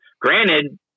Granted